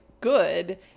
good